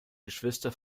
geschwister